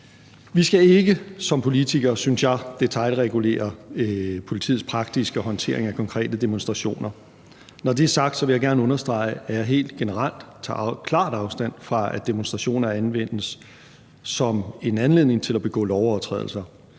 synes jeg, detailregulere politiets praktiske håndtering af konkrete demonstrationer. Når det er sagt, vil jeg gerne understrege, at jeg helt generelt klart tager afstand fra, at demonstrationer anvendes som en anledning til at begå lovovertrædelser.